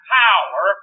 power